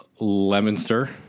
Lemonster